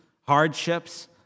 hardships